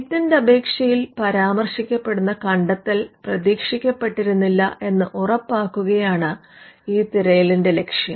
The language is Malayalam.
പേറ്റന്റ് അപേക്ഷയിൽ പരാമർശിക്കപ്പെടുന്ന കണ്ടെത്തൽ പ്രതീക്ഷിക്കപ്പെട്ടിരുന്നില്ല എന്നുറപ്പാക്കുകയാണ് ഈ തിരയലിന്റെ ലക്ഷ്യം